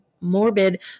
morbid